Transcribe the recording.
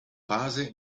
fase